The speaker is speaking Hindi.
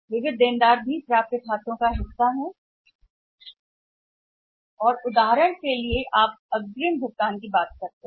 विविध ऋणी भी के हिस्से प्राप्य खाते और फिर उदाहरण के लिए आप अग्रिम भुगतान के बारे में बात करते हैं